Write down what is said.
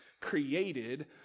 created